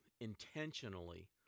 intentionally